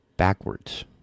backwards